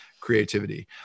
creativity